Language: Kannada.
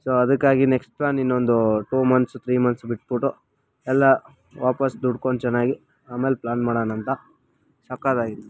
ಸೊ ಅದಕ್ಕಾಗಿ ನೆಕ್ಸ್ಟ್ ಪ್ಲ್ಯಾನ್ ಇನ್ನೊಂದು ಟೂ ಮಂತ್ಸ್ ತ್ರಿ ಮಂತ್ಸ್ ಬಿಟ್ಬಿಟ್ಟು ಎಲ್ಲ ವಾಪಸ್ಸು ದುಡ್ಕೊಂಡು ಚೆನ್ನಾಗಿ ಆಮೇಲೆ ಪ್ಲ್ಯಾನ್ ಮಾಡೋಣ ಅಂತ ಸಕ್ಕತ್ತಾಗಿತ್ತು